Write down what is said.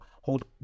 hold